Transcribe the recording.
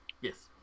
Yes